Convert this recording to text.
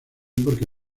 porque